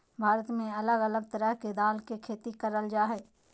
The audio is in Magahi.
भारत में अलग अलग तरह के दाल के खेती करल जा हय